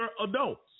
adults